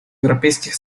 европейских